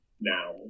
now